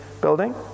building